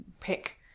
pick